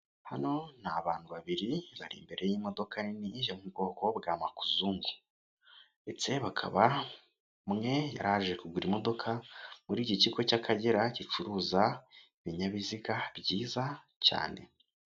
Hano ni abantu babiri bari imbere y'imodoka nini yo mu bwoko bwa makuzungu, ndetse bakaba umwe yaraje kugura imodoka muri iki kigo cy'akagera gicuruza ibinyabiziga byiza cyane.